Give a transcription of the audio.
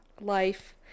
life